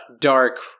dark